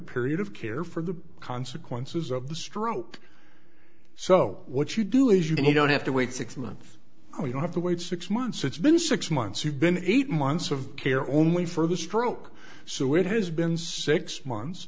period of care for the consequences of the stroke so what you do is you don't have to wait six months you have to wait six months it's been six months you've been eight months of care only for the stroke so it has been six months